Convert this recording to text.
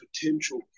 potential